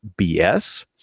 BS